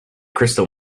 crystal